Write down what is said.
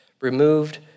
removed